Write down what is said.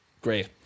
great